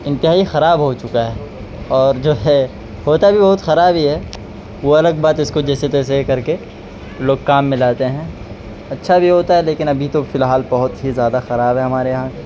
انتہائی خراب ہو چکا ہے اور جو ہے ہوتا بھی بہت خراب ہی ہے وہ الگ بات ہے اس کو جیسے تیسے کر کے لوگ کام میں لاتے ہیں اچھا بھی ہوتا ہے لیکن ابھی تو فی الحال بہت ہی زیادہ خراب ہے ہمارے یہاں